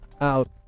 out